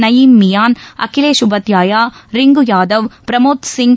Naeem Miyan Akhilesh Upadhyaya Rinku Yadav Pramod Singh